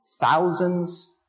thousands